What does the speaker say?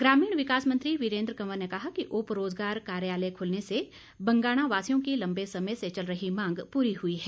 ग्रामीण विकास मंत्री वीरेन्द्र कंवर ने कहा कि उप रोजगार कार्यालय खुलने से बंगाणा वासियों की लम्बे समय से चल रही मांग पूरी हुई है